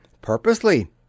PURPOSELY